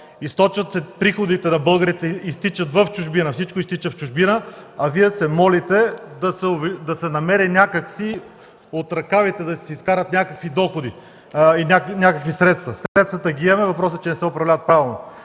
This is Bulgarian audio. източват се приходите на българите, които изтичат в чужбина. Всичко изтича в чужбина, а Вие се молите да се намери някак си, от ръкавите да се изкарат някакви доходи, някакви средства. Средствата ги имаме, въпросът е, че не се управляват правилно.